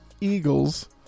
Eagles